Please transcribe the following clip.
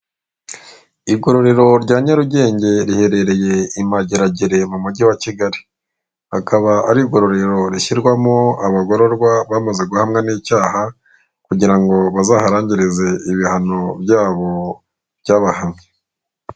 Igororero rya Nyarugenge riherereye i Mageragere mu mujyi wa kigali, akaba ari igororero rishyirwamo abagororwa bamaze guhamwa n'icyaha kugirango bazaharangirize ibihano byabo byabahamye.